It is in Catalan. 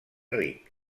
ric